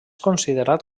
considerat